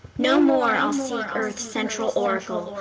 no more i'll seek earth's central oracle,